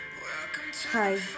Hi